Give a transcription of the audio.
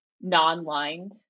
non-lined